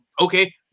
okay